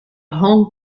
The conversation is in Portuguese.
hong